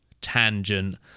tangent